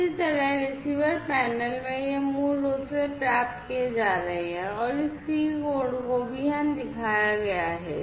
इस तरह receiver panel में ये मूल रूप से प्राप्त किए जा रहे हैं इस कोड को भी यहां दिखाया गया है